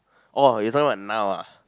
oh you talking about now ah